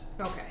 okay